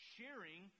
Sharing